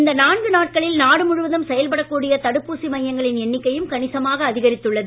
இந்நான்கு நாட்களில் நாடு முழுவதும் செயல்படக் கூடிய தடுப்பூசி மையங்களின் எண்ணிக்கையும் கணிசமாக அதிகரித்துள்ளது